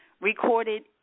Recorded